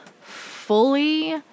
fully